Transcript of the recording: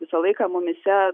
visą laiką mumyse